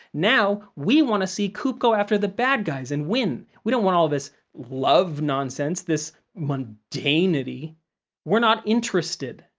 now, we want to see coop go after the badguys and win, we don't want all this love nonsense, this mundanity. we're not interested,